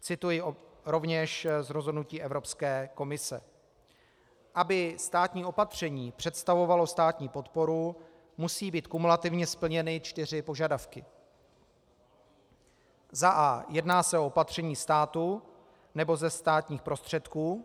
Cituji rovněž z rozhodnutí Evropské komise: Aby státní opatření představovalo státní podporu, musí být kumulativně splněny čtyři požadavky: a) jedná se o opatření státu nebo ze státních prostředků;